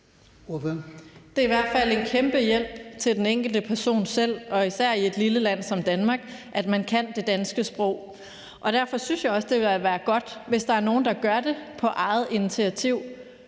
Det er i hvert fald en kæmpe hjælp til den enkelte person og især i et lille land som Danmark, at man kan det danske sprog. Derfor synes jeg også, det vil være godt, hvis der er nogen, der gør det på eget initiativ.